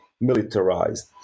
militarized